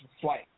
flight